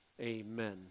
Amen